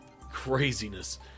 craziness